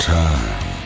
time